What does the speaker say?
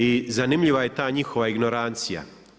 I zanimljiva je ta njihova ignorancija.